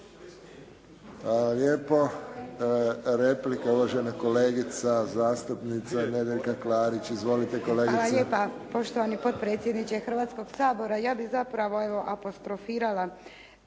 Lijepo. Replika uvažena kolegica zastupnica Nedjeljka Klarić. Izvolite kolegice. **Klarić, Nedjeljka (HDZ)** Hvala lijepa poštovani potpredsjedniče Hrvatskog sabora. Ja bih zapravo evo apostrofirala